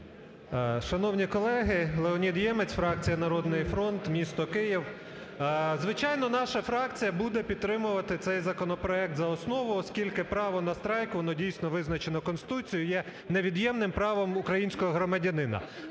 Шановні колеги, Леонід Ємець, фракція "Народний фронт", місто Київ. Звичайно наша фракція буде підтримувати цей законопроект за основу, оскільки право на страйк воно дійсно визначено Конституцією і є невід'ємним правом українського громадянина.